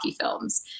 films